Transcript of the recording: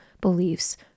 beliefs